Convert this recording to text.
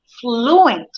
fluent